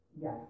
Yes